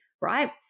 right